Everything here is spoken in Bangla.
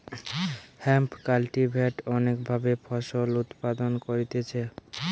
হেম্প কাল্টিভেট অনেক ভাবে ফসল উৎপাদন করতিছে